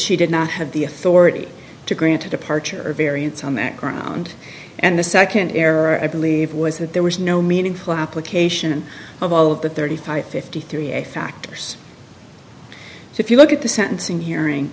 she did not have the authority to grant a departure variance on that ground and the second error i believe was that there was no meaningful application of all of the thirty five fifty three a factors so if you look at the sentencing hearing